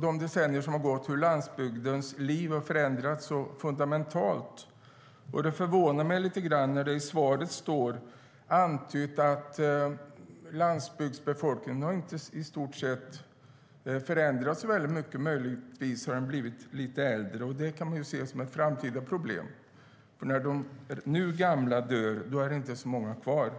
de decennier som gått har jag sett hur livet på landsbygden har förändrats fundamentalt. Det förvånar mig lite grann när det i svaret står antytt att landsbygdsbefolkningen i stort sett inte har förändrats så väldigt mycket. Möjligtvis har den blivit lite äldre, och det kan vi se som ett framtida problem. När de nu gamla dör är det inte så många kvar.